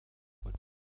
would